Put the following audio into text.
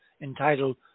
entitled